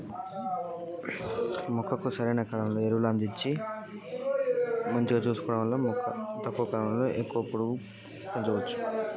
మొక్కను తక్కువ కాలంలో అధిక పొడుగు పెంచవచ్చా పెంచడం ఎలా?